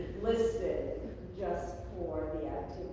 listing just for the ah